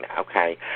okay